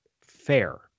fair